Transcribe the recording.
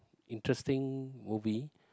interesting movie